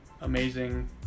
amazing